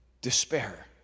despair